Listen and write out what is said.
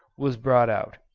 was brought out.